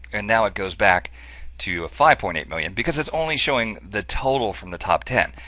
and now it goes back to a five point eight million, because it's only showing the total from the top ten.